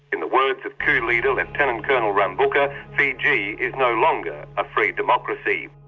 in the words of coup leader lieutenant-colonel rabuka, fiji is no longer a free democracy.